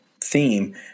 theme